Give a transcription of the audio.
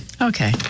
Okay